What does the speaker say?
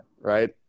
right